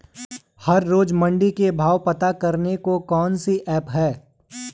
हर रोज़ मंडी के भाव पता करने को कौन सी ऐप है?